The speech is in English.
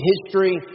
History